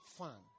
fun